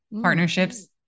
partnerships